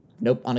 Nope